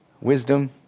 Wisdom